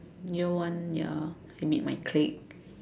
year one ya I meet my clique